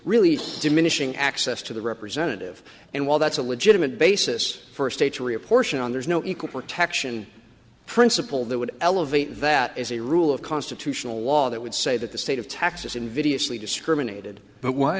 really diminishing access to the representative and while that's a legitimate basis for a state to reapportion on there's no equal protection principle that would elevate that as a rule of constitutional law that would say that the state of texas invidiously discriminated but why